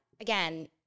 again